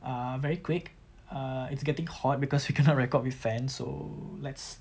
err very quick uh it's getting hot because we cannot record with fan so let's